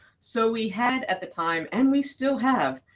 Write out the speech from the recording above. so we had at the time, and we still have,